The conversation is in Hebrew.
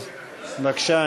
אז בבקשה,